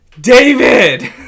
David